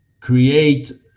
create